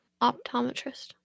Optometrist